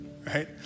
right